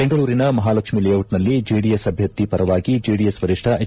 ಬೆಂಗಳೂರಿನ ಮಹಾಲಕ್ಷ್ಮೀಲೇಔಟ್ನಲ್ಲಿ ಜೆಡಿಎಸ್ ಅಭ್ಯರ್ಥಿ ಪರವಾಗಿ ಜೆಡಿಎಸ್ ವರಿಷ್ಠ ಎಚ್